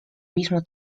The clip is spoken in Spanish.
mismo